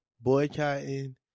boycotting